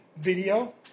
video